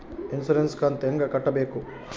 Insurance ಕಂತು ಹೆಂಗ ಕಟ್ಟಬೇಕು?